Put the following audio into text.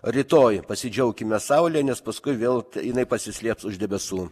rytoj pasidžiaukime saule nes paskui vėl jinai pasislėps už debesų